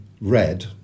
red